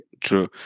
true